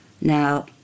Now